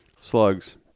slugs